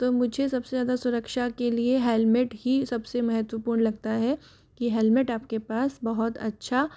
तो मुझे सबसे ज़्यादा सुरक्षा के लिए हेलमेट ही सबसे महत्त्वपूर्ण लगता है कि हेलमेट आपके पास बहुत अच्छा